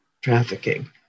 trafficking